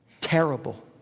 terrible